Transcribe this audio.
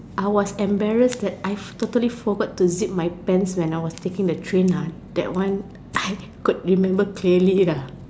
I was embarrassed that I've I totally forgot to zip my pants when I was taking a train lah that one I could remember clearly lah